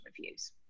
reviews